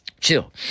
chill